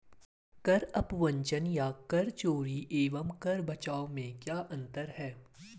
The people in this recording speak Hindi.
कर अपवंचन या कर चोरी एवं कर बचाव में क्या अंतर है?